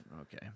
Okay